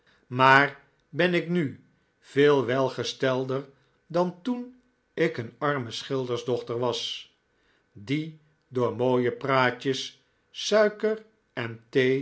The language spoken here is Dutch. maar ben ik nu veel welgestelder dan toen ik een arme schildersdochter was die door mooie praatjes suiker en